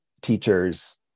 teachers